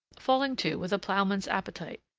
falling to with a ploughman's appetite,